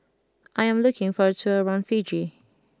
I am looking for a tour around Fiji